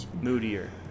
moodier